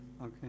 Okay